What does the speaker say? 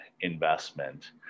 investment